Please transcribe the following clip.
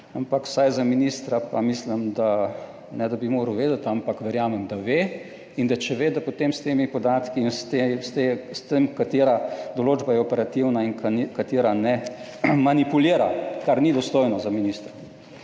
ampak vsaj za ministra pa mislim, da ne da bi moral vedeti, ampak verjamem, da ve in da če ve, da potem s temi podatki in s tem, katera določba je operativna in katera ne, manipulira, kar ni dostojno za ministra.